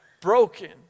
Broken